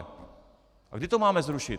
A kdy to máme zrušit?